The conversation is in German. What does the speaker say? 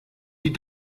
die